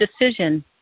decision